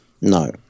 No